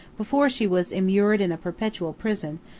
before she was immured in a perpetual prison,